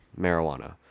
marijuana